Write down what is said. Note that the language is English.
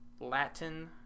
Latin